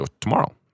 tomorrow